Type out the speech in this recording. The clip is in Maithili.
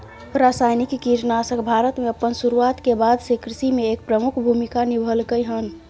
रासायनिक कीटनाशक भारत में अपन शुरुआत के बाद से कृषि में एक प्रमुख भूमिका निभलकय हन